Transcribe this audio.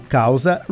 causa